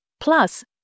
Plus